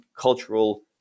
cultural